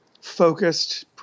focused